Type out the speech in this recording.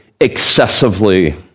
excessively